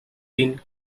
been